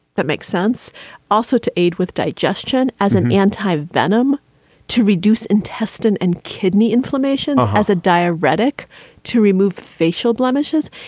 that makes sense also to aid with digestion as an antivenom to reduce intestine and kidney inflammation has a dire retik to remove facial blemishes.